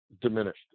diminished